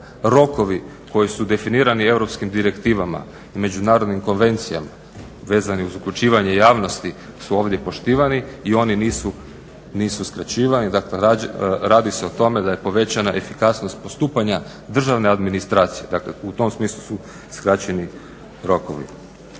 Rokovi koji su definirani europskim direktivama i međunarodnim konvencijama vezani uz uključivanje javnosti su ovdje poštivani i oni nisu skraćivani. Dakle, radi se o tome da je povećana efikasnost postupanja državne administracije. Dakle, u tom smislu su skraćeni rokovi.